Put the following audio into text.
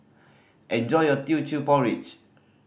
enjoy your Teochew Porridge